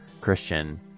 Christian